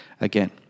again